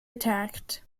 attacked